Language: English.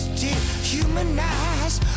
dehumanized